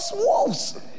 wolves